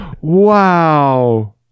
Wow